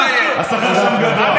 השכר שם גבוה,